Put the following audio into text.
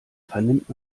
vernimmt